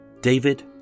David